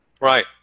Right